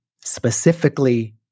specifically